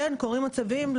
וכן קורים מצבים,